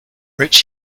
rich